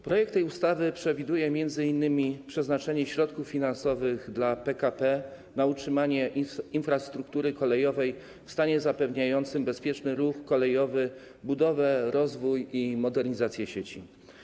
Projekt tej ustawy przewiduje m.in. przeznaczenie środków finansowych dla PKP na utrzymanie infrastruktury kolejowej w stanie zapewniającym bezpieczny ruch kolejowy, budowę, rozwój i modernizację sieci.